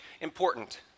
important